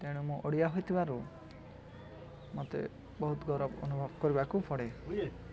ତେଣୁ ମୁଁ ଓଡ଼ିଆ ହୋଇଥିବାରୁ ମତେ ବହୁତ ଗୌରବ ଅନୁଭବ କରିବାକୁ ପଡ଼େ